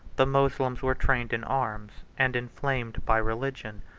the moslems were trained in arms, and inflamed by religion.